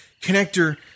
connector